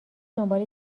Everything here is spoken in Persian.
دنبال